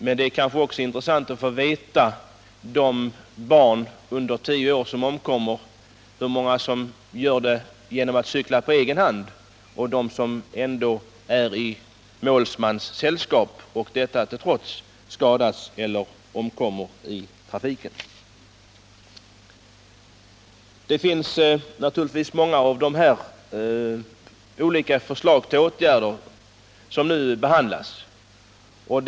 Men det kanske också är intressant att få veta hur många av de barn under tio år som omkommer som gör det när de cyklar på egen hand och hur många som är i målsmans sällskap och detta till trots skadas eller omkommer i trafiken. Många av de olika förslag till åtgärder som föreligger är nu under behandling.